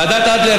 ועדת אדלר,